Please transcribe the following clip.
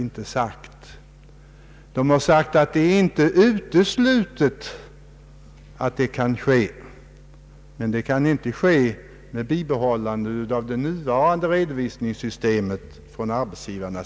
Man har sagt att det inte är uteslutet att kunna göra så, men det kan inte ske med bibehållande av det nuvarande redovisningssystemet från arbetsgivarna.